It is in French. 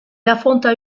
affronta